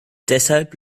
deshalb